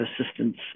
assistance